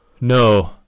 No